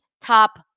top